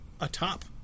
atop